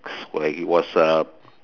where he was a